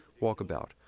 Walkabout